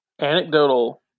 anecdotal